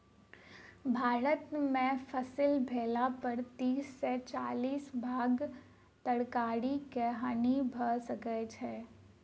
भारत में फसिल भेला पर तीस से चालीस भाग तरकारी के हानि भ जाइ छै